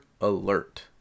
alert